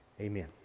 Amen